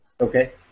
Okay